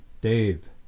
Dave